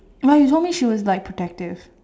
like normally she was like protective